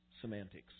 semantics